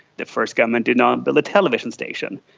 the first government did not build a television station,